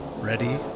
Ready